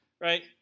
Right